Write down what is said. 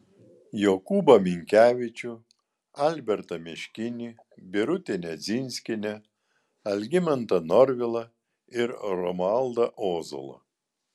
jokūbą minkevičių albertą miškinį birutę nedzinskienę algimantą norvilą ir romualdą ozolą